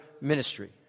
ministry